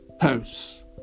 House